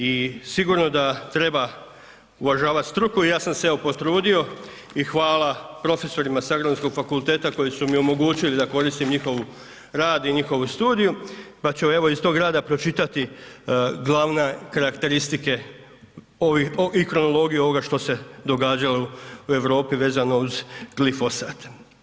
I sigurno da treba uvažavat struku i ja sam se evo potrudio i hvala profesorima s Agronomskog fakulteta koji su mi omogućili da koristim njihov rad i njihovu studiju, pa ću evo iz tog rada pročitati glavne karakteristike i kronologiju ovoga što se događalo u Europi vezano uz glifosat.